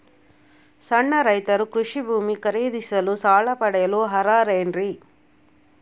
ಸಣ್ಣ ರೈತರು ಕೃಷಿ ಭೂಮಿ ಖರೇದಿಸಲು ಸಾಲ ಪಡೆಯಲು ಅರ್ಹರೇನ್ರಿ?